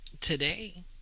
today